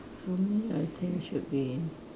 for me I think should be